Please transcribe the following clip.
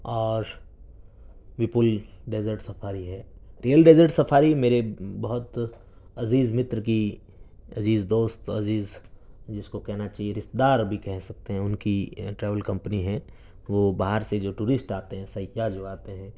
اور Vipul desert safari ہے real desert safari میرے بہت عزیز متر کی عزیز دوست عزیز جس کو کہنا چاہیے رشتے دار بھی کہہ سکتے ہیں ان کی ٹریول کمپنی ہے وہ باہر سے جو ٹورسٹ آتے ہیں سیاح جو آتے ہیں